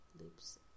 loops